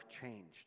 changed